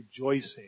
rejoicing